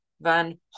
van